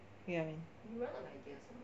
you get what I mean